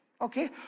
Okay